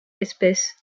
espèces